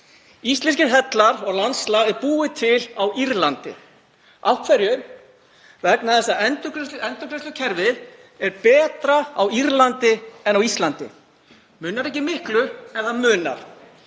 Íslenskir hellar og landslagið er búið til á Írlandi. Af hverju? Vegna þess að endurgreiðslukerfið er betra á Írlandi en á Íslandi. Það munar ekki miklu en það munar